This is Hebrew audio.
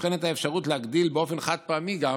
נבחנת האפשרות להגדיל באופן חד-פעמי גם